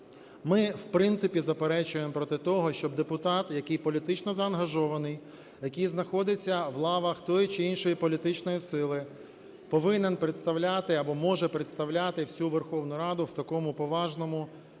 Ми в принципі заперечуємо проти того, щоб депутат, який політично заангажований, який знаходиться в лавах тієї чи іншої політичної сили, повинен представляти або може представляти всю Верховну Раду в такому поважному органі,